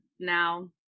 now